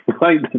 right